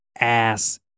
ass